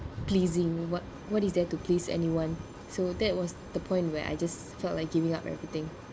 pleasing what what is there to please anyone so that was the point where I just felt like giving up everything